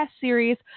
series